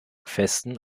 festen